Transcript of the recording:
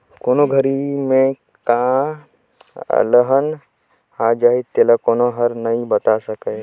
कोन घरी में का अलहन आ जाही तेला कोनो हर नइ बता सकय